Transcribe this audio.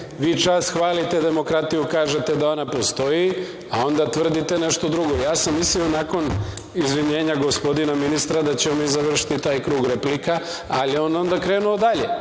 Vi čas hvalite demokratiju i kažete da ona postoji, a onda tvrdite nešto drugo. Ja sam mislio nakon izvinjenja gospodina ministra da ćemo mi završiti taj krug replika, ali je on onda krenuo dalje,